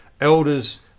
elders